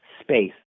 space